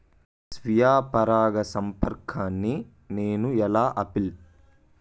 స్వీయ పరాగసంపర్కాన్ని నేను ఎలా ఆపిల్?